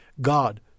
God